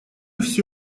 все